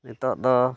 ᱱᱤᱛᱚᱜ ᱫᱚ